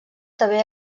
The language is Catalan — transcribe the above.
també